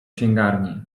księgarni